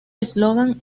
eslogan